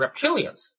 reptilians